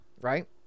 right